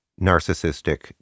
narcissistic